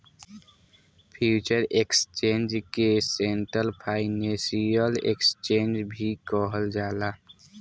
future exchange के central financial exchange भी कहल जाला